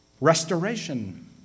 restoration